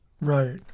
Right